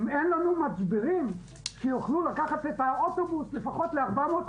אם אין לנו מצברים שיוכלו לקחת את האוטובוס לפחות ל-400,